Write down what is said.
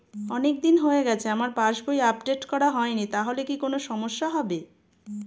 অনেকদিন হয়ে গেছে আমার পাস বই আপডেট করা হয়নি তাহলে কি কোন সমস্যা হবে?